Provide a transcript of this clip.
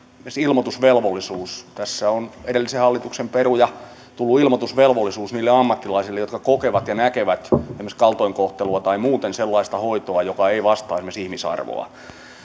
esimerkiksi ilmoitusvelvollisuus tässä on edellisen hallituksen peruina tullut ilmoitusvelvollisuus niille ammattilaisille jotka kokevat ja näkevät esimerkiksi kaltoinkohtelua tai muuten sellaista hoitoa joka ei vastaa esimerkiksi ihmisarvoa